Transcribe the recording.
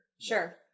Sure